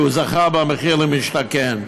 שהוא זכה במחיר למשתכן?